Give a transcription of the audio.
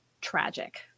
tragic